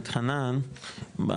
חנן ארליך,